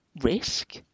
risk